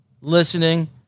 listening